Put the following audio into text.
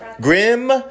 Grim